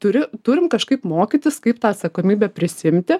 turiu turim kažkaip mokytis kaip tą atsakomybę prisiimti